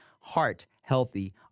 heart-healthy